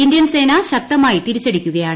Indian സേന ശക്തമായി തിരിച്ചടിക്കുകയാണ്